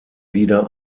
wieder